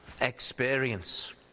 experience